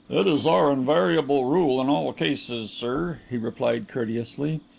it is our invariable rule in all cases, sir, he replied courteously.